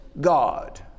God